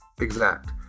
exact